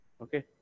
Okay